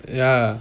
ya